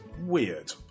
weird